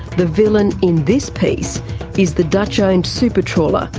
the villain in this piece is the dutch-owned super trawler,